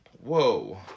whoa